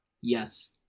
Yes